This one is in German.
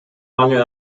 mangel